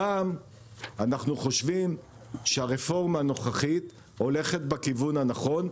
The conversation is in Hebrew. הפעם אנחנו חושבים שהרפורמה הנוכחית הולכת בכיוון הנכון.